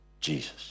Jesus